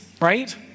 right